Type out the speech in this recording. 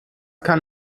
kann